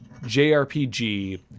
JRPG